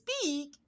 speak